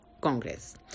Congress